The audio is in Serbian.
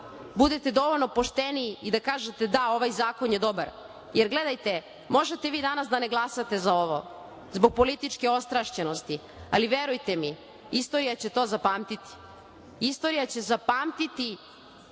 budete dovoljno pošteni i da kažete - da, ovaj zakon je dobar. Jer, gledajte, možete vi danas da ne glasate za ovo zbog političke ostrašćenosti, ali, verujte mi, istorija će to zapamtiti. Istorija će zapamtiti